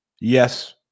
yes